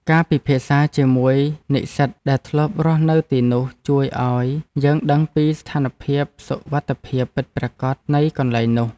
ការពិភាក្សាជាមួយនិស្សិតដែលធ្លាប់រស់នៅទីនោះជួយឱ្យយើងដឹងពីស្ថានភាពសុវត្ថិភាពពិតប្រាកដនៃកន្លែងនោះ។